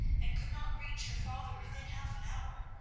and could not reach her father within half an hour,